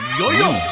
yo yo?